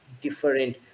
different